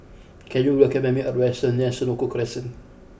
can you recommend me a restaurant near Senoko Crescent